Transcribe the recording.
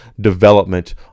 development